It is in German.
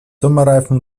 sommerreifen